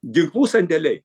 ginklų sandėliai